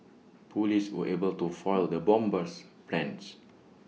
Police were able to foil the bomber's plans